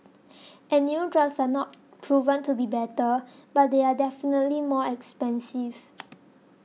and new drugs are not proven to be better but they are definitely more expensive